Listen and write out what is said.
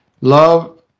love